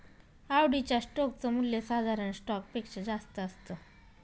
आवडीच्या स्टोक च मूल्य साधारण स्टॉक पेक्षा जास्त असत